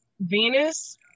Venus